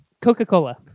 Coca-Cola